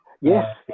Yes